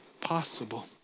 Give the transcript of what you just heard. possible